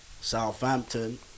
Southampton